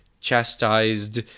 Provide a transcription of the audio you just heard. chastised